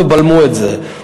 ובלמו את זה.